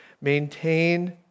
maintain